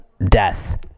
Death